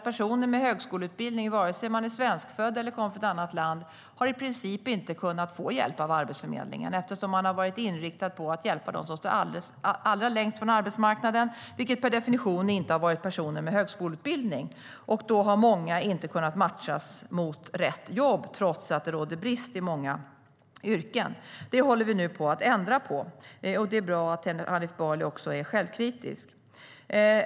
Personer med högskoleutbildning, oavsett om de är svenskfödda eller kommer från ett annat land, har i princip inte kunnat få hjälp av Arbetsförmedlingen eftersom man har varit inriktad på att hjälpa dem som står allra längst från arbetsmarknaden, vilket per definition inte har varit personer med högskoleutbildning. Många har inte kunnat matchas mot rätt jobb, trots att det råder brist i många yrken. Det håller vi nu på att ändra på. Det är bra att Hanif Bali är självkritisk.